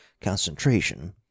concentration